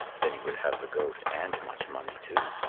then he would have the goat and much money too.